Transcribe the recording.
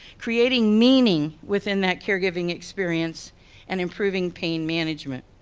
creating meaning within that caregiving experience and improving pain management.